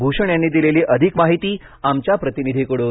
भूषण यांनी दिलेली अधिक माहिती आमच्या प्रतिनिधिकडून